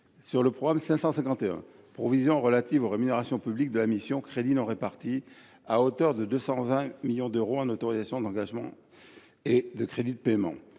sur le programme 551, « Provision relative aux rémunérations publiques », de la mission « Crédits non répartis », à hauteur de 220 millions d’euros en autorisations d’engagement et en crédits de paiement.